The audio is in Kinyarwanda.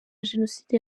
jenoside